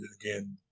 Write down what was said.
Again